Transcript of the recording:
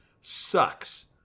sucks